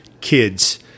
kids